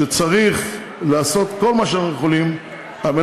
שצריך לעשות כל מה שאנחנו יכולים כדי